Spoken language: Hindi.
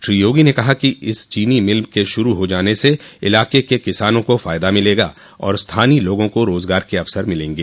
श्री योगी ने कहा इस चीनी मिल के शुरू हो जाने से इलाक़े के किसानों को फ़ायदा मिलेगा और स्थानीय लोगों को रोजगार के अवसर मिलेंगे